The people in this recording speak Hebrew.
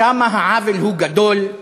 כמה העוול הוא גדול,